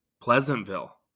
Pleasantville